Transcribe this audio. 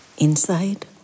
Inside